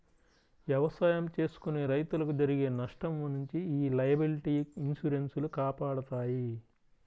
ఎవసాయం చేసుకునే రైతులకు జరిగే నష్టం నుంచి యీ లయబిలిటీ ఇన్సూరెన్స్ లు కాపాడతాయి